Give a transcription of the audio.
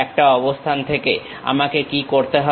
একটা অবস্থান থেকে আমাকে কি করতে হবে